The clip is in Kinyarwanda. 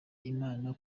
imana